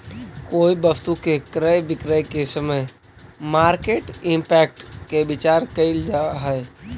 कोई वस्तु के क्रय विक्रय के समय मार्केट इंपैक्ट के विचार कईल जा है